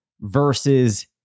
versus